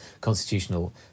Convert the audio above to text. constitutional